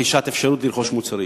יש אפשרות לרכוש מוצרים,